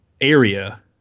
area